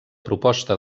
proposta